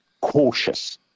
cautious